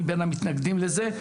אני בין המתנגדים לזה,